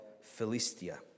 Philistia